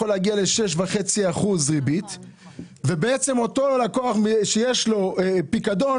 להגיע ל-6.5% ריבית ואותו לקוח שיש לו פיקדון,